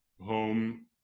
home